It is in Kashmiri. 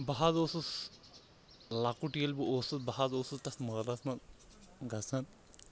بہٕ حظ اوسُس لۄکُٹ ییٚلہِ بہٕ اوسُس بہٕ حظ اوسُس تَتھ مٲلَس منٛز گژھان